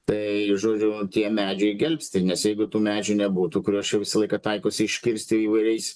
tai žodžiu tie medžiai gelbsti nes jeigu tų medžių nebūtų kuriuos čia visą laiką taikosi iškirsti įvairiais